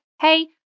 Hey